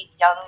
young